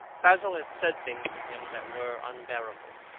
basil had said things to him that were unbearable,